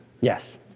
Yes